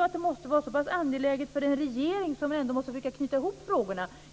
och att det måste vara angeläget för en regering, som ändå ska knyta ihop frågorna.